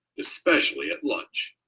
especially at lunch.